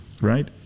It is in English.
right